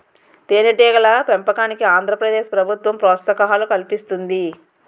తేనెటీగల పెంపకానికి ఆంధ్ర ప్రదేశ్ ప్రభుత్వం ప్రోత్సాహకాలు కల్పిస్తుంది